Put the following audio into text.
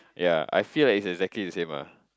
ya I feel like it's exactly the same ah